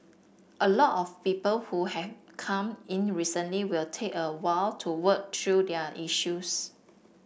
a lot of people who have come in recently will take a while to work through their issues